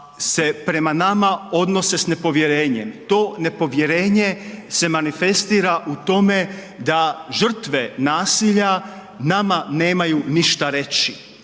se prema nama odnose s nepovjerenjem? To nepovjerenje se manifestira u tome da žrtve nasilja nama nemaju ništa reći.